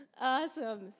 Awesome